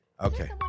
Okay